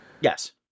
Yes